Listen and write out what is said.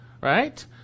right